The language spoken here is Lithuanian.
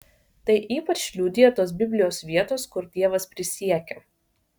tai ypač liudija tos biblijos vietos kur dievas prisiekia